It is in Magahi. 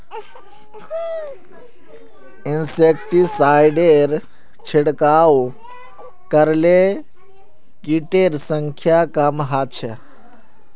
इंसेक्टिसाइडेर छिड़काव करले किटेर संख्या कम ह छ